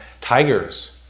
tigers